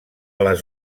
les